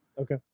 Okay